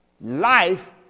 Life